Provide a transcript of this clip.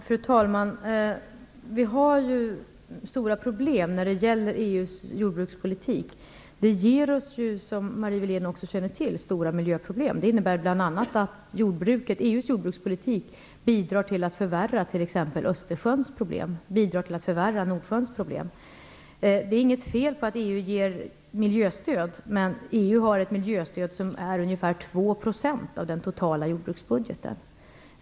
Fru talman! Vi har ju stora problem när det gäller EU:s jordbrukspolitik. Det ger oss, som också Marie Wilén känner till, stora miljöproblem. EU:s jordbrukspolitik bidrar till att förvärra t.ex. problemen i Det är inget fel i att EU ger miljöstöd. Men EU:s miljöstöd utgör ca 2 % av den totala jordbruksbudgeten.